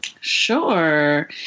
Sure